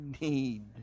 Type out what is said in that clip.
need